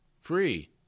Free